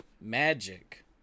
Magic